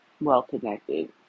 well-connected